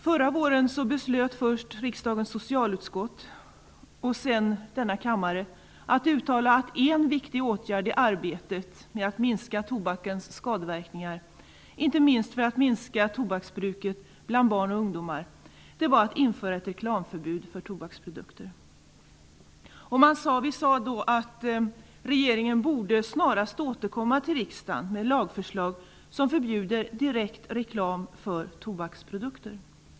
Förra våren beslöt först riksdagens socialutskott och sedan denna kammare att uttala att en viktig åtgärd i arbetet med att minska tobakens skadeverkningar, och inte minst för att minska tobaksbruket bland barn och ungdomar, var att införa ett reklamförbud för tobaksprodukter. Vi sade då att regeringen snarast borde återkomma till riksdagen med ett lagförslag som förbjuder direkt reklam för tobaksprodukter.